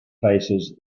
places